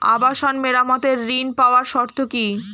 আবাসন মেরামতের ঋণ পাওয়ার শর্ত কি?